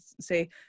say